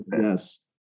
yes